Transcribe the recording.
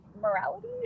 morality